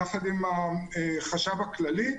יחד עם החשב הכללי,